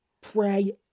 Pray